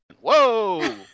whoa